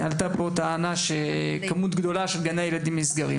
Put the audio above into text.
בעקבות הטענה שעולה על כמות גדולה של גנים שנסגרים.